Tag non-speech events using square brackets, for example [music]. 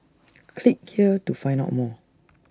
[noise] click here to find out more